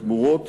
תמורות